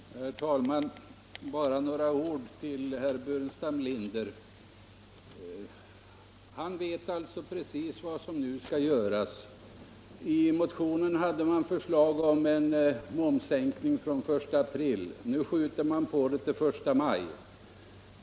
Herr talman! Bara några ord till herr Burenstam Linder. Han vet alltså precis vad som nu skall göras. I den moderata motionen fanns förslag om en momssänkning från den 1 april, nu skjuter man på den till den 1 maj.